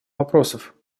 вопросов